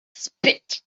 spit